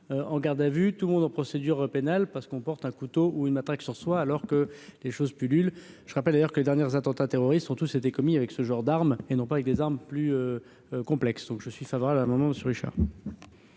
en garde à vue, tout le monde en procédure pénale parce qu'on porte un couteau ou une matraque sur soi alors que les choses pullulent, je rappelle d'ailleurs que les dernières attentats terroristes ont tous été commis avec ce genre d'armes et non pas avec des armes plus complexes, donc je suis favorable à un moment sur Richard.